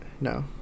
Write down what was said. No